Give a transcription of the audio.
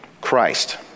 Christ